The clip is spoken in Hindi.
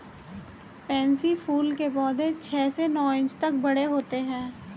पैन्सी फूल के पौधे छह से नौ इंच तक बड़े होते हैं